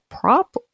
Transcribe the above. prop